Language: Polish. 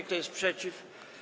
Kto jest przeciw?